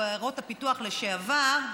או עיירות הפיתוח לשעבר,